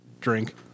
drink